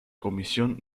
comisión